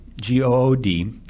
G-O-O-D